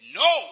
no